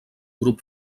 grup